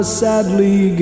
sadly